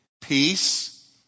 Peace